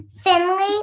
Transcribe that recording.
Finley